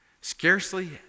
Scarcely